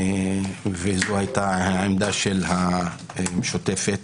וזו היתה עמדת המשותפת,